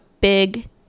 big